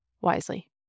wisely